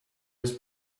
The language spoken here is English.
his